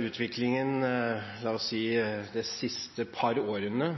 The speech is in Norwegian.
utviklingen – la oss si – de siste par årene